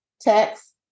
text